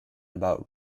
about